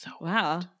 Wow